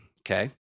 okay